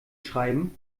schreiben